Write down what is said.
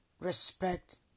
respect